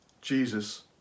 Jesus